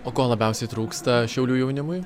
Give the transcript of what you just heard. o ko labiausiai trūksta šiaulių jaunimui